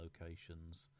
locations